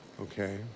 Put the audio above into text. Okay